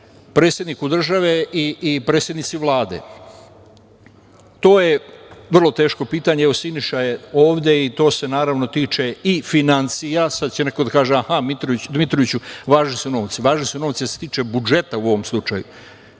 predsedniku države i predsednici Vlade. To je vrlo teško pitanje. Evo Siniša je ovde, i to se naravno tiče i finansija, i sad će neko da kaže, aha, Dmitroviću, važni su novci, a važni su novci jer se tiče budžeta u ovom slučaju. Dakle,